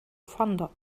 fonder